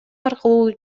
аркылуу